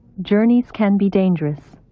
journeys can be dangerous.